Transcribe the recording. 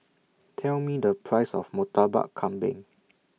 Tell Me The Price of Murtabak Kambing